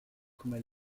come